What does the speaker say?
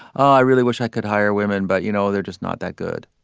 i really wish i could hire women, but, you know, they're just not that good.